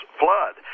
flood